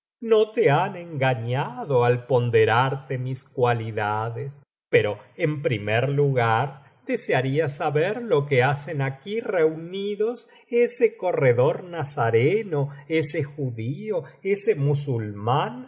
no te han engañado al ponderarte mis cualidades pero en primer lugar desearía saber lo que hacen aquí reunidos ese corredor nazareno ese judío ese musulmán